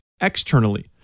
externally